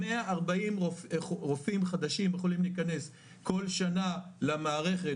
140 רופאים חדשים יכולים להיכנס כל שנה למערכת,